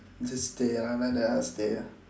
just stay ah like that ah stay ah